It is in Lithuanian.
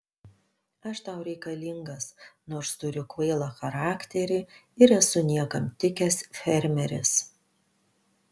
aš tau reikalingas nors turiu kvailą charakterį ir esu niekam tikęs fermeris